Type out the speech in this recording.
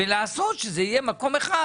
וצריך לעשות זה יהיה מקום אחד,